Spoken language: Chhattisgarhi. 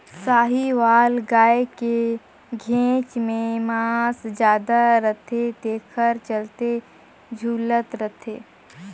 साहीवाल गाय के घेंच में मांस जादा रथे तेखर चलते झूलत रथे